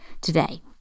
today